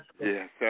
yes